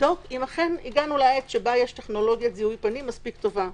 יבדוק אם אכן הגענו לעת שבה יש טכנולוגיית זיהוי פנים מספיק טובה.